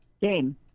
game